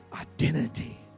identity